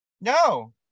No